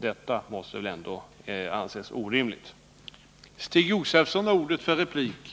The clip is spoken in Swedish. Detta måste väl ändå anses vara orimligt.